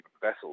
vessels